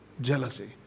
jealousy